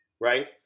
right